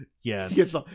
Yes